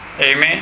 Amen